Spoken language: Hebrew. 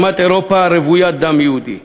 אדמת אירופה רוויית דם יהודי.